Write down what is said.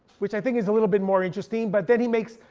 which i think is a little bit more interesting but then he makes,